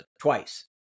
twice